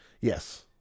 Yes